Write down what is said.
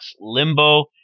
Limbo